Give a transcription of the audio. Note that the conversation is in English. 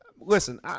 listen